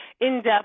in-depth